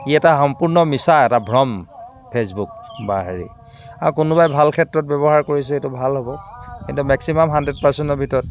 ই এটা সম্পূৰ্ন মিছা এটা ভ্ৰম ফেচবুক বা হেৰি আৰু কোনোবাই ভাল ক্ষেত্ৰত ব্যৱহাৰ কৰিছে এইটো ভাল হ'ব কিন্তু মেক্সিমাম হাণডেড পাৰ্চেণ্টৰ ভিতৰত